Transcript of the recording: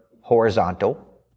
horizontal